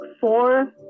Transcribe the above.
four